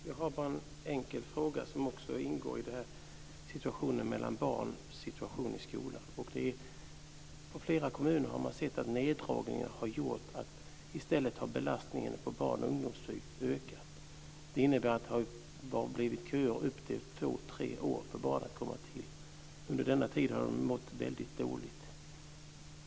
Fru talman! Jag har en enkel fråga som ingår i detta som handlar om barnens situation i skolan. I flera kommuner har man sett att neddragningar har gjort att belastningen på barn och ungdomspsykiatri har ökat. Det innebär att det har blivit köer på två till tre år. Under denna tid har barnen mått väldigt dåligt.